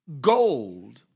Gold